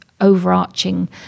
overarching